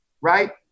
right